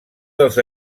dels